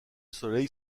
soleil